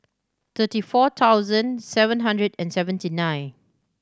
thirty four thousand seven hundred and seventy nine